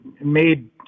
made